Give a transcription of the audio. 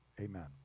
Amen